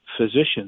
physicians